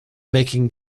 making